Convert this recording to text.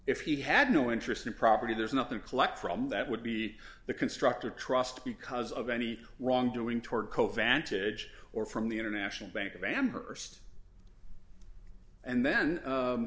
if he had no interest in property there's nothing collect from that would be the constructor trust because of any wrongdoing toward cofan to edge or from the international bank of ambers and then